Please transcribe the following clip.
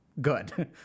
good